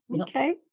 okay